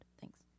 thanks